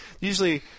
usually